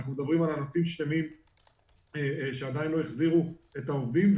אנחנו מדברים על ענפים שלמים שעדיין לא החזירו את העובדים.